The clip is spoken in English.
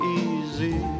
easy